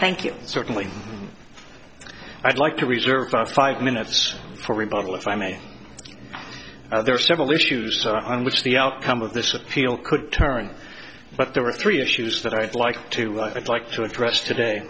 thank you certainly i'd like to reserve five minutes for rebuttal if i may are there are several issues on which the outcome of this appeal could turn but there are three issues that i'd like to i'd like to address today